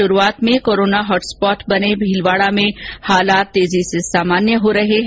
शुरूआत में corona hot spot बने भीलवाडा में हालात तेजी से सामान्य हो रहे है